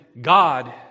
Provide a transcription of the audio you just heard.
God